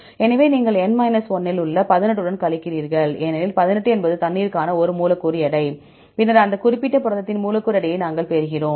எனவே நீங்கள் N 1 இல் உள்ள 18 உடன் கழிக்கிறீர்கள் ஏனெனில் 18 என்பது தண்ணீருக்கான ஒரு மூலக்கூறு எடை பின்னர் அந்த குறிப்பிட்ட புரதத்தின் மூலக்கூறு எடையை நாங்கள் பெறுகிறோம்